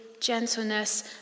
gentleness